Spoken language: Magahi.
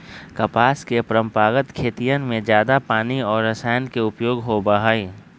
कपास के परंपरागत खेतियन में जादा पानी और रसायन के उपयोग होबा हई